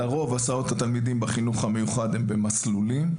הסעות התלמידים בחינוך המיוחד הן לרוב במסלולים,